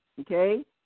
okay